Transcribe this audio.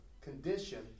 condition